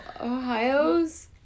Ohio's